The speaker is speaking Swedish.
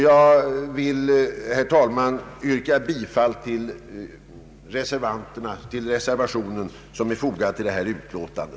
Jag vill yrka bifall till den reservation som är fogad till detta utlåtande.